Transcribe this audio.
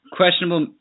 questionable